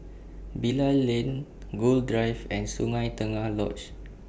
Bilal Lane Gul Drive and Sungei Tengah Lodge